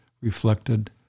reflected